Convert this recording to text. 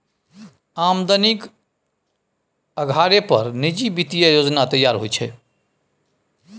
आमदनीक अधारे पर निजी वित्तीय योजना तैयार होइत छै